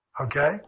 Okay